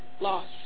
lost